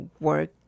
work